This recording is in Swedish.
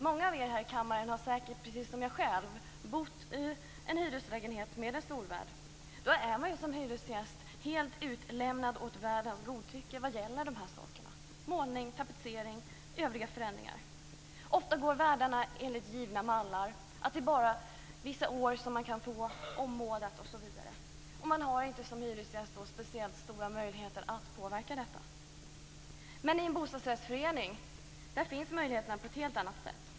Många av er här i kammaren har säkert, precis som jag själv, bott i en hyreslägenhet med en storvärd. Då är man ju som hyresgäst helt utlämnad åt värdens godtycke vad gäller de här sakerna - målning, tapetsering och övriga förändringar. Ofta går värdarna efter givna mallar så att det bara är vissa år som man kan få ommålat osv. Då har man som hyresgäst inte speciellt stora möjligheter att påverka detta. I en bostadsrättsförening finns möjligheterna på ett helt annat sätt.